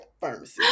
pharmacy